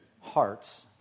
hearts